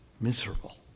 miserable